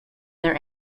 their